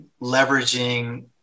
leveraging